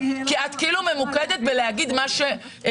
כי את כאילו ממוקדת להגיד את מה שאת רוצה,